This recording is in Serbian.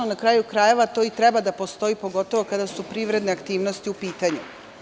Na kraju, krajeva to i treba da postoji, pogotovo kada su privredne aktivnosti u pitanju.